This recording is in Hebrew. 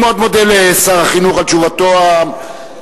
אני מאוד מודה לשר החינוך על תשובתו המפורטת.